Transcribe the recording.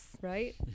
Right